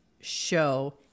show